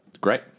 Great